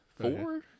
four